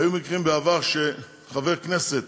היו מקרים בעבר שחבר כנסת